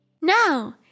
Now